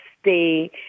stay